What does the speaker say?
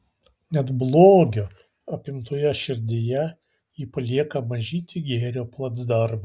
net blogio apimtoje širdyje ji palieka mažytį gėrio placdarmą